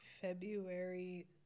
February